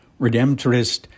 Redemptorist